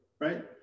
right